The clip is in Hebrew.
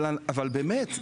אבל באמת,